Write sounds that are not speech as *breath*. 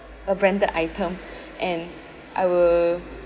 a branded item *breath* and I will